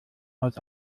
aus